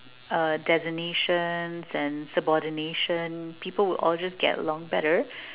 uh designations and subordination people would all just get along better